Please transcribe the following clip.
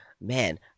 Man